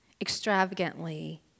extravagantly